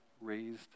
raised